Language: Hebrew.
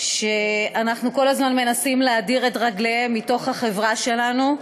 שאנחנו כל הזמן מנסים להדיר את רגליהם מתוך החברה שלנו.